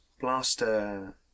blaster